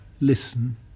listen